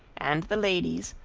and the ladies,